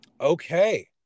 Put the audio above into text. Okay